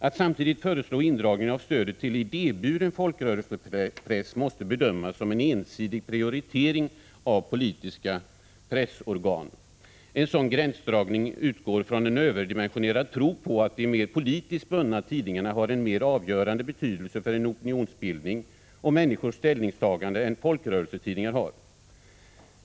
Att samtidigt föreslå indragning av stödet till idéburen folkrörelsepress måste bedömas som en ensidig prioritering av politiska pressorgan. En sådan gränsdragning utgår från en överdimensionerad tro på att de mer politiskt bundna tidningarna har en mer avgörande betydelse för opinonsbildning och människors ställningstaganden än folkrörelsetidningarna har.